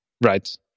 Right